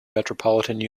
metropolitan